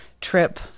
trip